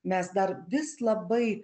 mes dar vis labai